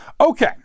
Okay